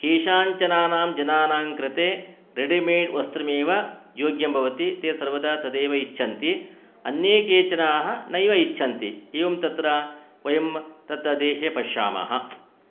केशाञ्चनानानं जनानाङ्कृते रेडिमेड् वस्त्रमेव योग्यं भवति ते सर्वदा तदैव इच्छन्ति अन्ये केचनाः नैव इच्छन्ति एवं तत्र वयं तत् देशे पश्यामः